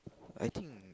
I think